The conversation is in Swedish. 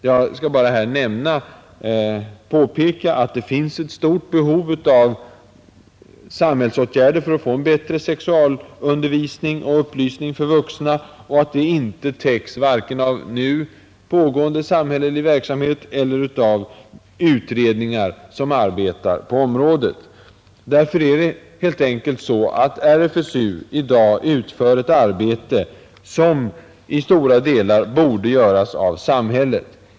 Jag skall här bara påpeka att det finns ett stort behov av samhällsåtgärder för att få en bättre sexualundervisning och upplysning för vuxna och att det inte täcks vare sig av nu pågående samhällelig verksamhet eller av utredningar som arbetar på området. Därför är det helt enkelt så att RFSU i dag utför ett arbete som i stora delar borde göras av samhället.